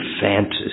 fantasy